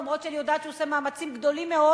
למרות שאני יודעת שהוא עושה מאמצים גדולים מאוד